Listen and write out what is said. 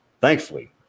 thankfully